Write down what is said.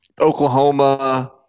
Oklahoma